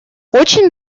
очень